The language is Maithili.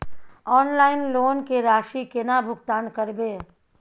ऑनलाइन लोन के राशि केना भुगतान करबे?